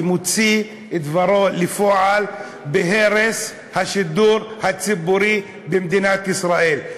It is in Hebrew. כמוציא את דברו לפועל בהרס השידור הציבורי במדינת ישראל.